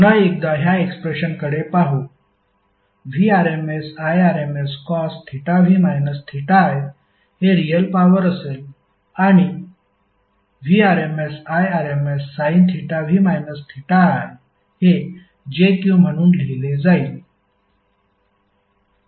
तर पुन्हा एकदा ह्या एक्सप्रेशनकडे पाहू VrmsIrmscosv i हे रियल पॉवर असेल आणि Vrms Irmssinv i हे jQ म्हणून लिहिले जाईल